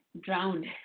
drowned